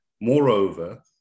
Moreover